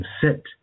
sit